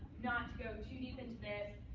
not to go too deep into this,